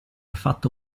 fatto